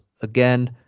again